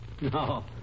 no